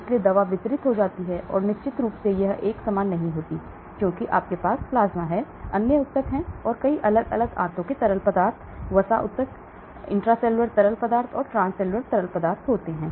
इसलिए दवा वितरित हो जाती है और निश्चित रूप से यह एक समान नहीं होती है क्योंकि आपके पास प्लाज्मा होता हैअन्य ऊतक कई अलग अलग आंतों के तरल पदार्थ वसा ऊतक इंट्रासेल्युलर तरल पदार्थ ट्रांससेलुलर तरल पदार्थ होते हैं